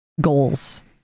goals